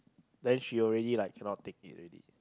then she already like cannot take it already